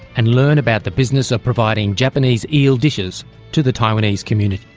and learn about the business of providing japanese eel dishes to the taiwanese community.